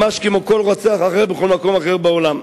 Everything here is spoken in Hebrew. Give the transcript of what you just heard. ממש כמו כל רוצח אחר בכל מקום אחר בעולם.